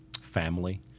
family